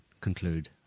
conclude